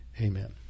Amen